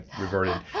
reverted